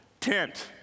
tent